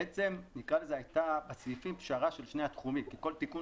בעצם הייתה פשרה של שני התחומים כי כל תיקון